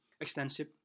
extensive